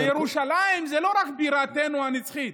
וירושלים היא לא רק בירתנו הנצחית,